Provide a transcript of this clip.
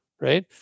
right